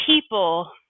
people